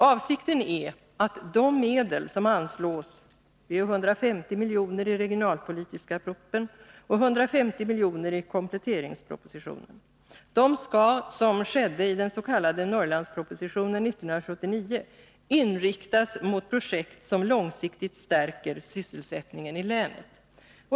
Avsikten är att de medel som anslås, 150 milj.kr. i den regionalpolitiska propositionen och 150 milj.kr. i kompletteringspropositionen, skall, som skedde i den s.k. Norrlandspropositionen 1979, inriktas mot projekt som långsiktigt stärker sysselsättningen i länet.